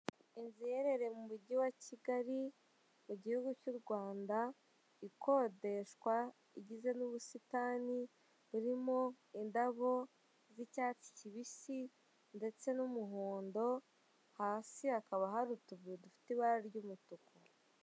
Inzu iherereye mu mujyi wa kigali mu gihugu cy'urwanda ikodeshwa igizwe n'ubusitani burimo indabo z'icyatsi kibisi ndetse n'umuhondo hasi hakaba hari utubuye dufite ibara ry'umutuku.